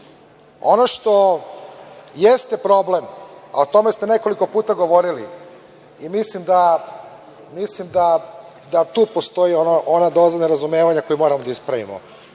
što jeste problem, a o tome ste nekoliko puta govorili i mislim da tu postoji ona doza nerazumevanja koju moramo da ispravimo,